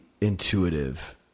intuitive